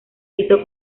hizo